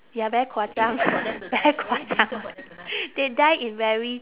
ya very 夸张 very 夸张 [one] they die in very